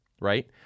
right